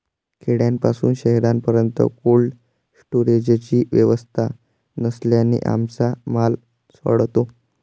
खेड्यापासून शहरापर्यंत कोल्ड स्टोरेजची व्यवस्था नसल्याने आमचा माल सडतो